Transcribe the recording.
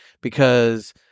because-